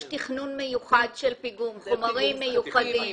יש תכנון מיוחד של פיגום, חומרים מיוחדים.